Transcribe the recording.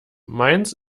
meins